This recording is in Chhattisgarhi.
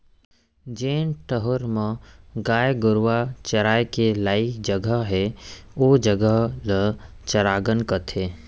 जेन ठउर म गाय गरूवा चराय के लइक जघा हे ओ जघा ल चरागन कथें